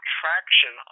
traction